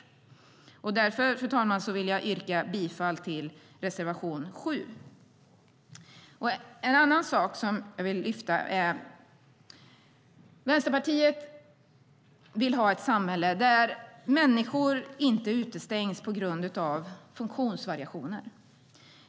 Därför, fru talman, yrkar jag bifall till reservation 7.En annan sak jag vill lyfta fram är att Vänsterpartiet vill ha ett samhälle där människor inte utestängs på grund av funktionsvariationer.